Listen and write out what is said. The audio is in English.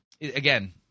again